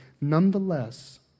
nonetheless